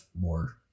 more